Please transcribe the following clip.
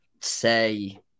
say